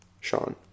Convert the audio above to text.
Sean